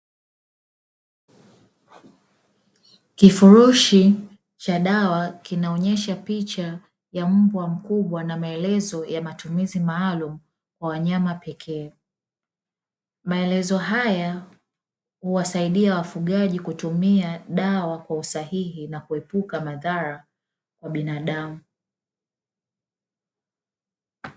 Kifurushi cha dawa kinaonyesha picha ya mbwa wa mkubwa na maelezo ya matumizi maalumu kwa wanyama pekee. Maelezo haya huwasaidia wafugaji kutumia dawa kwa usahihi na kuepuka madhara kwa binadamu.